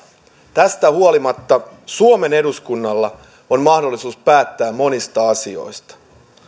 tästä huolimatta suomen eduskunnalla on mahdollisuus päättää monista asioista